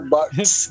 Bucks